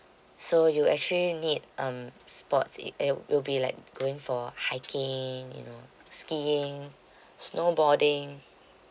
so you actually need um sports it it'll it'll be like going for hiking you know skiing snowboarding